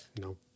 No